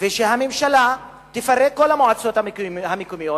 שהממשלה תפרק את כל המועצות המקומיות